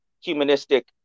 humanistic